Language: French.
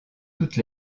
toutes